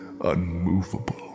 unmovable